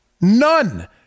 None